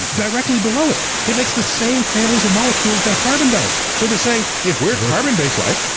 directly below it. it makes the same families of molecules that carbon does. so they're saying, if we're a carbon-based life,